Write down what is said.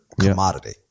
commodity